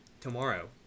tomorrow